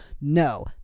no